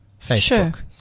Facebook